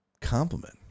Compliment